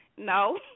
No